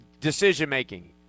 Decision-making